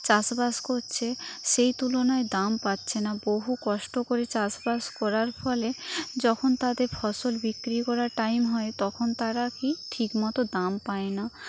চাষ বাস করছে সেই তুলনায় দাম পাচ্ছে না বহু কষ্ট করে চাষ বাস করার ফলে যখন তাদের ফসল বিক্রি করার টাইম হয় তখন তারা কি ঠিক মতো দাম পায় না